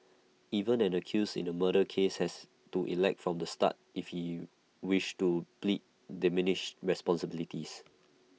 even an accused in A murder case has to elect from the start if he wishes to plead diminished responsibility